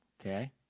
Okay